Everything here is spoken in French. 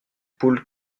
poule